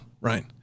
right